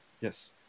yes